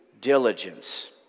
diligence